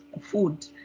food